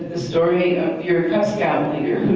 story of your cub scout leader